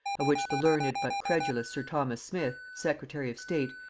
of which the learned but credulous sir thomas smith, secretary of state,